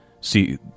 See